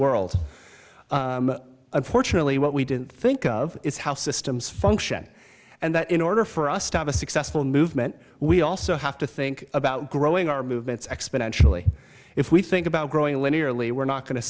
world unfortunately what we didn't think of is how systems function and that in order for us to have a successful movement we also have to think about growing our movements exponentially if we think about growing linearly we're not going to